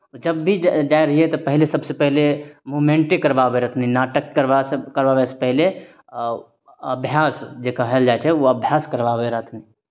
जब भी जा जाइ रहियै तऽ पहिले सभसँ पहिले मूवमेंटे करवाबैत रहथिन नाटक करबासँ करवाबयसँ पहिले अ अभ्यास जे कहल जाइ छै ओ अभ्यास करवाबैत रहथिन